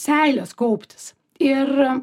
seilės kauptis ir